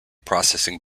processing